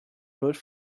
brute